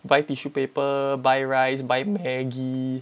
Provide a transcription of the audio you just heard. buy tissue paper buy rice buy maggi